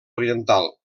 oriental